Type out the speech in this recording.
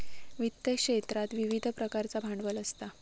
वित्त क्षेत्रात विविध प्रकारचा भांडवल असता